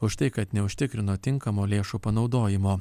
už tai kad neužtikrino tinkamo lėšų panaudojimo